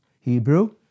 Hebrew